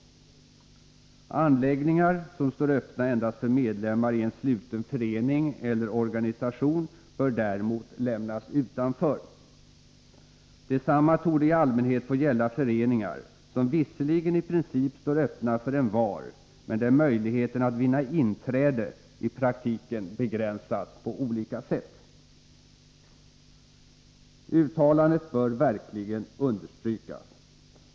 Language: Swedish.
Anläggningar som står öppna endast för medlemmar i en sluten förening eller organisation bör däremot lämnas utanför. Detsamma torde i allmänhet få gälla föreningar som visserligen i princip står öppna för envar men där möjligheten att vinna inträde i praktiken begränsas på olika sätt.” Uttalandet bör verkligen understrykas.